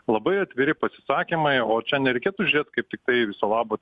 labai atviri pasisakymai o čia nereikėtų žiūrėt kaip tiktai į viso labo